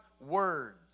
words